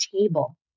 table